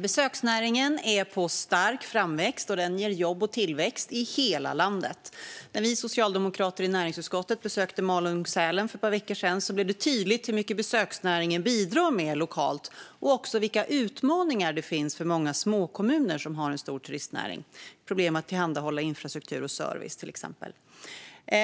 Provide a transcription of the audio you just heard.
Besöksnäringen är i stark framväxt. Den ger jobb och tillväxt i hela landet. När vi socialdemokrater i näringsutskottet besökte Malung-Sälen för ett par veckor sedan blev det tydligt hur mycket besöksnäringen bidrar med lokalt men också vilka utmaningar det finns för många småkommuner med en stor turistnäring. Det finns till exempel problem med att tillhandahålla infrastruktur och service.